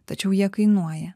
tačiau jie kainuoja